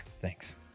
Thanks